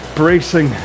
bracing